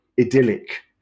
idyllic